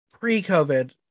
pre-COVID